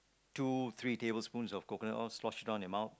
two three table spoons of coconut oil sloshed around your mouth